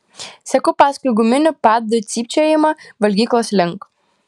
seku paskui guminių padų cypčiojimą valgyklos link